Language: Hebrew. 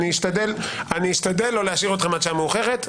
אני אשתדל לא להשאיר אתכם עד שעה מאוחרת.